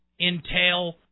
entail